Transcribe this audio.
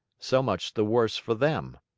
so much the worse for them.